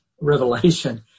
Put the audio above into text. revelation